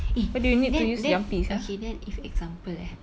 eh then then okay then if example eh